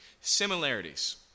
Similarities